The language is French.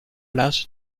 l’âge